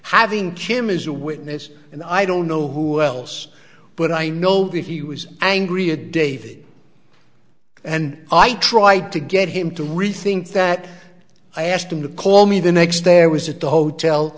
having kim is a witness and i don't know who else but i know that he was angry at david and i tried to get him to rethink that i asked him to call me the next there was at the hotel